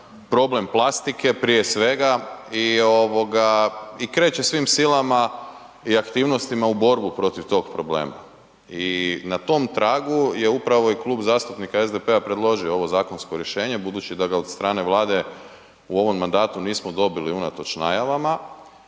problem plastike prije svega i kreće svim silama i aktivnostima u borbu protiv tog problema i na tom tragu je upravo i Klub zastupnika SDP-a predložio ovo zakonsko rješenje budući da ga od strane Vlade u ovom mandatu nismo dobili unatoč najavama